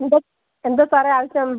എന്ത് എന്താണ് സാറേ ആവശ്യം